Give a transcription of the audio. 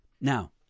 Now